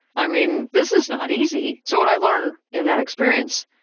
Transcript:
i mean, this is not easy. so, what i learned in that experience,